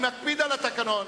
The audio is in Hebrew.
אני מקפיד על התקנון.